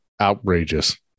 outrageous